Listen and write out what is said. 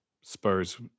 Spurs